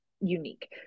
unique